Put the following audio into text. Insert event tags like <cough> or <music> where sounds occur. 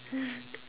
<laughs>